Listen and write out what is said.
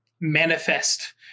Manifest